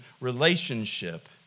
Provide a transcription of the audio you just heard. relationship